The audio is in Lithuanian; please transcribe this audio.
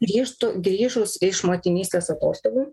grįžtu grįžus iš motinystės atostogų